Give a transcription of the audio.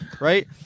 Right